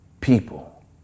people